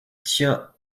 tient